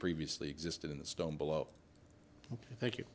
previously existed in the stone below thank you